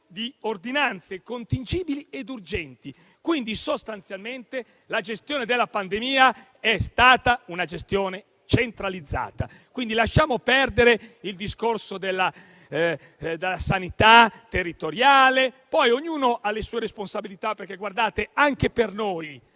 di ordinanze contingibili e urgenti. Quindi sostanzialmente la gestione della pandemia è stata centralizzata. Lasciamo perdere il discorso della sanità territoriale. Poi ognuno ha le sue responsabilità, perché anche a noi